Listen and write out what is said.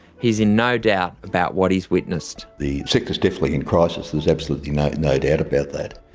he's in no doubt about what he's witnessed. the sector's definitely in crisis, there's absolutely no no doubt about that.